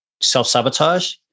self-sabotage